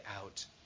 out